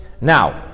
Now